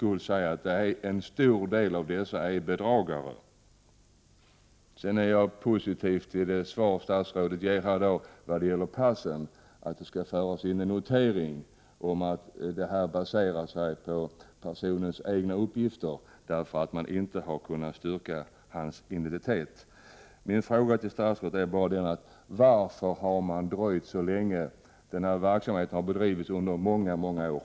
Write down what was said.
Jag tror inte att det är för hårda ord. Jag är positiv till statsrådets svar vad gäller att man vid utfärdande av pass skall föra in en notering om att detta baserar sig på personens egna uppgifter, därför att man inte har kunnat styrka dennes identitet. Min fråga till statsrådet är: Varför har man dröjt så länge? Denna verksamhet har bedrivits under många år.